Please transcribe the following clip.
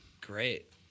Great